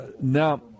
now